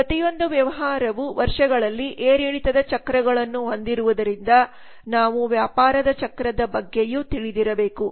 ಪ್ರತಿಯೊಂದು ವ್ಯವಹಾರವು ವರ್ಷಗಳಲ್ಲಿ ಏರಿಳಿತದ ಚಕ್ರಗಳನ್ನು ಹೊಂದಿರುವುದರಿಂದ ನಾವು ವ್ಯಾಪಾರ ಚಕ್ರದ ಬಗ್ಗೆಯೂ ತಿಳಿದಿರಬೇಕು